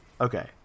Okay